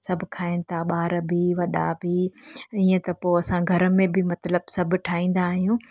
सभु खाइनि था ॿार बी वॾा बी ईअं त पोइ असां घर में बि मतिलबु सभु ठाहींदा आहियूं